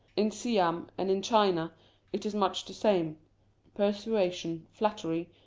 in siam and in china it is much the same persuasion, flattery,